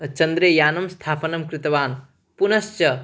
चन्द्रे यानं स्थापनं कृतवान् पुनश्च